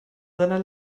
seiner